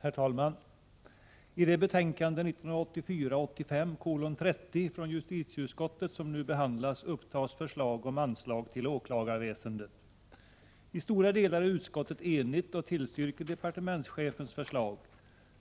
Herr talman! I det betänkande 1984/85:30 från justitieutskottet som nu behandlas upptas förslag om anslag till åklagarväsendet. I stora delar är utskottet enigt och tillstyrker departementschefens förslag,